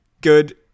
good